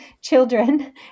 children